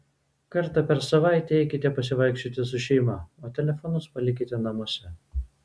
kartą per savaitę eikite pasivaikščioti su šeima o telefonus palikite namuose